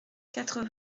quatre